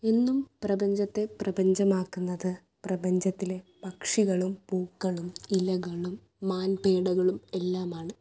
എന്നും പ്രപഞ്ചത്തെ പ്രപഞ്ചമാക്കുന്നത് പ്രപഞ്ചത്തിലെ പക്ഷികളും പൂക്കളും ഇലകളും മാൻപേടകളും എല്ലാമാണ്